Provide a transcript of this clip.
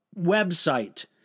website